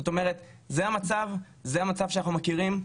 זאת אומרת, זה המצב, זה המצב שאנחנו מכירים.